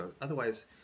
Otherwise